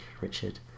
Richard